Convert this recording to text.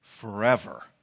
forever